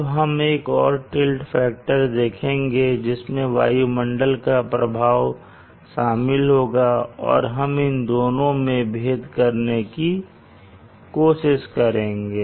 अब हम एक और टिल्ट फैक्टर देखेंगे जिसमें वायुमंडल का प्रभाव शामिल होगा और हम इन दोनों में भेद करने की कोशिश करेंगे